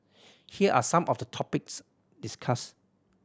here are some of the topics discussed